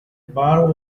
bar